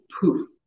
poof